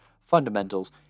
fundamentals